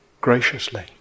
graciously